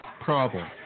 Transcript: problem